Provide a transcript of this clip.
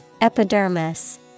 Epidermis